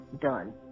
Done